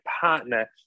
partner